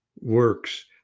works